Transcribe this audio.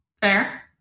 fair